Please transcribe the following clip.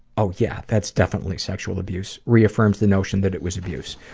oh yeah, that's definitely sexual abuse. reaffirms the notion that it was abuse.